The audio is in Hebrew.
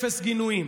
אפס גינויים